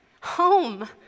home